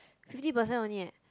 fifty percent only leh